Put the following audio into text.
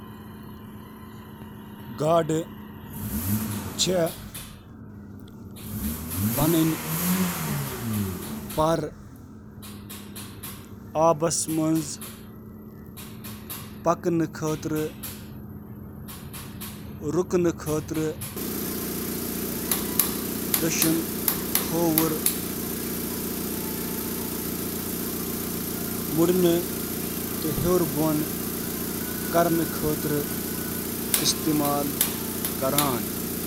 گاڈٕ چھِ پنٕنۍ پنکھہٕ واریٛاہ مقصدن خٲطرٕ استعمال کران، یِمَن منٛز شٲمِل چھِ: لوکوموشن، بیلنس، سٹیئرنگ، پروٹیکشن تہٕ باقی شٲمِل۔